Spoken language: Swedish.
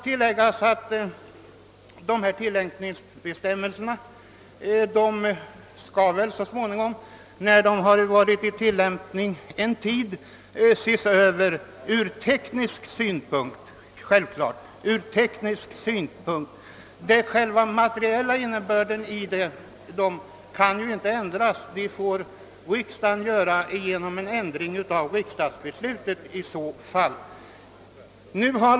Tillämpningsföreskrifterna skall så småningom ses över från teknisk synpunkt — den materiella innebörden kan naturligtvis inte ändras annat än genom en ändring av riksdagsbeslutet.